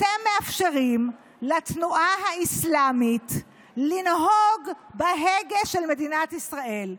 הוא שאתם מאפשרים לתנועה האסלאמית לנהוג בהגה של מדינת ישראל,